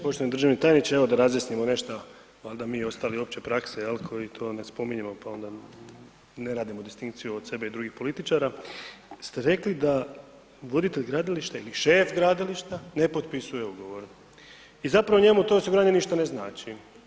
Poštovani državni tajniče, evo da razjasnimo nešto, valjda mi ostali opće prakse, jel', koji to ne spominjemo pa onda ne radimo distinkciju od sebe i drugih političara ste rekli da voditelj gradilišta ili šef gradilišta ne potpisuje ugovore i zapravo njemu to osiguranje ništa ne znači.